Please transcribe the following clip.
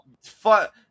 fuck